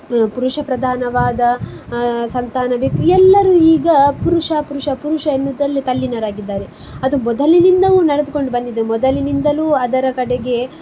ಪುರುಷ ಪ್ರಧಾನವಾದ ಸಂತಾನ ಬೇಕು ಎಲ್ಲರೂ ಈಗ ಪುರುಷ ಪುರುಷ ಪುರುಷ ಎನ್ನೋದ್ರಲ್ಲೇ ತಲ್ಲೀನರಾಗಿದ್ದಾರೆ ಅದು ಮೊದಲಿನಿಂದಲೂ ನಡೆದುಕೊಂಡುಬಂದಿದೆ ಮೊದಲಿನಿಂದಲೂ ಅದರ ಕಡೆಗೆ